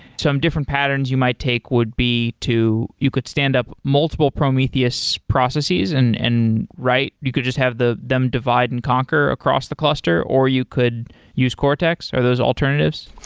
some different patterns you might take would be to you could stand up multiple prometheus processes and and you could just have the them divide and conquer across the cluster, or you could use cortex? are those alternatives?